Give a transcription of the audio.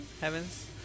heavens